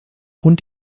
und